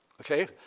Okay